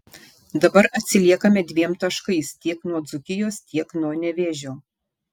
dabar atsiliekame dviem taškais tiek nuo dzūkijos tiek nuo nevėžio